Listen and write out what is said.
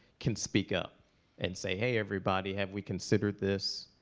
can speak up and say, hey, everybody. have we considered this?